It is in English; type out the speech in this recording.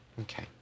Okay